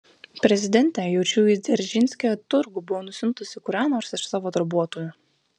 prezidentė jaučiu į dzeržinskio turgų buvo nusiuntusi kurią nors iš savo darbuotojų